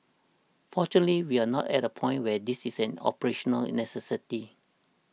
fortunately we are not at a point where this is an operational necessity